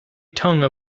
tongue